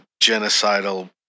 genocidal